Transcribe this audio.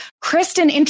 Kristen